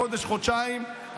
חודש-חודשיים,